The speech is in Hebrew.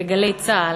ב"גלי צה"ל"